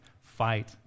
fight